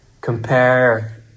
compare